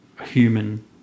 Human